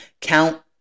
count